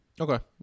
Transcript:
Okay